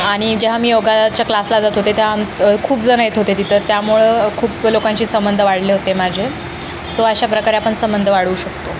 आणि जेव्हा मी योगाच्या क्लासला जात होते त्या आम्ही खूप जणं येत होते तिथे त्यामुळं खूप लोकांची संबंध वाढले होते माझे सो अशाप्रकारे आपण संबंध वाढवू शकतो